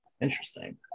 Interesting